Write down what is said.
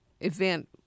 event